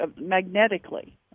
magnetically